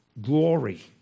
glory